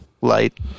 Light